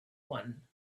one